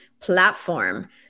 platform